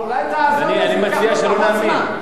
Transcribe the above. אני מציע שלא נאמין.